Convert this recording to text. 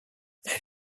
elle